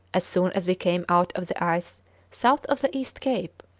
as soon as we came out of the ice south of the east cape,